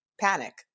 panic